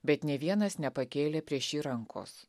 bet nė vienas nepakėlė prieš jį rankos